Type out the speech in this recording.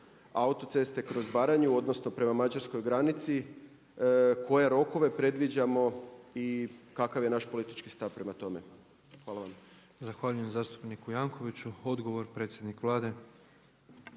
autoceste kroz Baranju, odnosno prema mađarskoj granici, koje rokove predviđamo i kakav je naš politički stav prema tome? Hvala vam. **Petrov, Božo (MOST)** Zahvaljujem zastupniku Jankovicsu. Odgovor predsjednik Vlade.